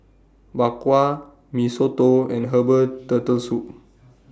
Bak Kwa Mee Soto and Herbal Turtle Soup